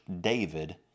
David